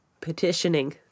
petitioning